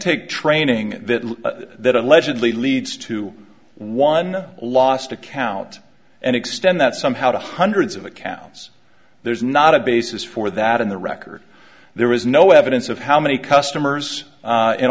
take training that allegedly leads to one last account and extend that somehow to hundreds of accounts there's not a basis for that in the record there is no evidence of how many customers